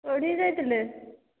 କେଉଁଠିକି ଯାଇଥିଲେ